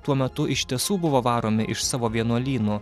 tuo metu iš tiesų buvo varomi iš savo vienuolyno